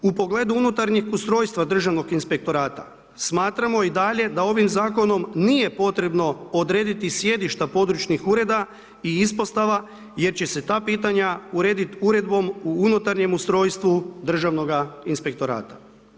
U pogledu unutarnjeg ustrojstva Državnog inspektorata smatramo i dalje da ovim zakonom nije potrebno odrediti sjedišta područnih ureda i ispostava jer će se ta pitanja urediti Uredbom o unutarnjem ustrojstvu Državnoga inspektorata.